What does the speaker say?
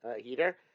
heater